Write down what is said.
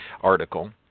article